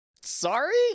Sorry